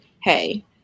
hey